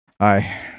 Hi